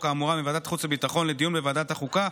האמורה מוועדת החוץ והביטחון לדיון בוועדת החוקה,